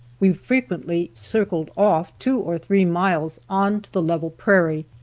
we frequently circled off two or three miles on to the level prairie,